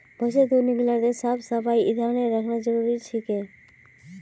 भैंसेर दूध निकलाते साफ सफाईर ध्यान रखना जरूरी छिके